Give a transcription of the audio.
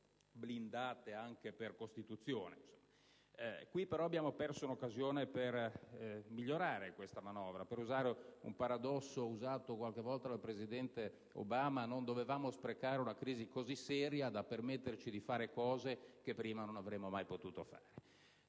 blindate anche per Costituzione. Qui però abbiamo perso un'occasione per migliorare questa manovra. Per usare un paradosso usato qualche volta dal presidente Obama, non dovevamo sprecare una crisi così seria da permetterci di fare cose che prima non avremmo mai potuto fare.